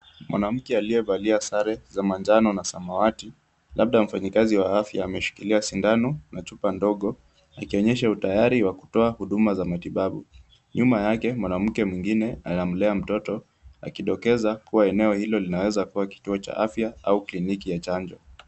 Mwanamke aliyevalia sare za manjano na samawati, labda mfanyakazi wa afya ameshikilia sindano na chupa ndogo, akionyesha utayari wa kutoa huduma za matibabu. Nyuma yake, mwanamke mwingine anamlea mtoto, akidokeza kuwa eneo hilo linaweza kuwa kituo cha afya au kliniki ya chanjo.